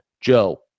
Joe